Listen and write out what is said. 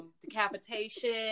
decapitation